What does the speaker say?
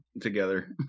together